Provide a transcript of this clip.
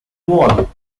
wall